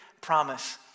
promise